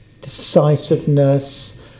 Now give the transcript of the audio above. decisiveness